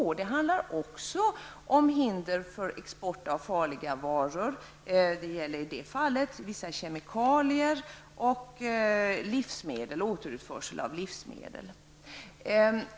Också det betänkandet handlar om hinder för export av farliga varor. Det gäller i detta fall vissa kemikalier och återutförsel av livsmedel.